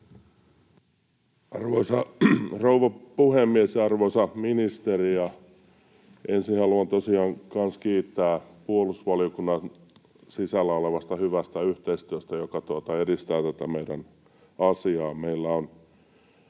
Arvoisa rouva puhemies! Arvoisa ministeri! Ensin haluan tosiaan myös kiittää puolustusvaliokunnan sisällä olevasta hyvästä yhteistyöstä, joka edistää tätä meidän asiaamme.